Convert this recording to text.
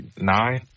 nine